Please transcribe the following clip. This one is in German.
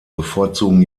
bevorzugen